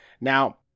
Now